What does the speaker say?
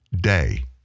day